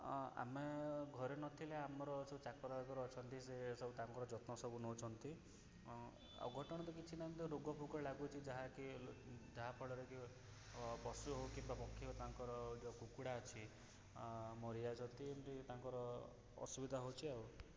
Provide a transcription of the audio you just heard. ଆମେ ଘରେ ନଥିଲେ ଆମର ସବୁ ଚାକର ବାକର ଅଛନ୍ତି ସିଏ ସବୁ ତାଙ୍କର ଯତ୍ନ ସବୁ ନେଉଛନ୍ତି ଅଘଟଣ କିଛି ନାହିଁ ତ ରୋଗ ଫୋଗ ସବୁ ଲାଗୁଛି ଯାହା କି ଯାହାଫଳରେ କି ପଶୁ ହଉ କିମ୍ବା ପକ୍ଷୀ ହଉ ତାଙ୍କର ଯେଉଁ କୁକୁଡ଼ା ଅଛି ମରିଯାଉଛନ୍ତି ଏମିତି ସବୁ ତାଙ୍କର ଅସୁବିଧା ହେଉଛି ଆଉ